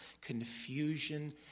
confusion